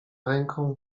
ręką